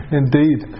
indeed